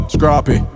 Scrappy